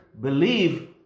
believe